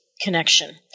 connection